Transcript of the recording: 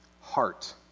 heart